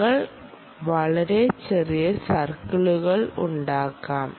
നിങ്ങൾക്ക് വളരെ ചെറിയ സർക്കിളുകൾ ഉണ്ടാകാം